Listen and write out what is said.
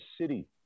city